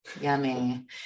yummy